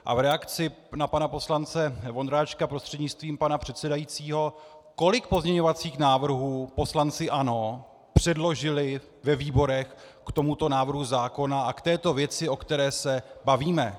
A v reakci na pana poslance Vondráčka prostřednictvím pana předsedajícího: Kolik pozměňovacích návrhů poslanci ANO předložili ve výborech k tomuto návrhu zákona a k této věci, o které se bavíme?